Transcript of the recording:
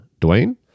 Dwayne